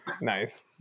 nice